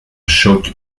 choc